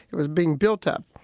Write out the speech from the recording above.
it was being built up.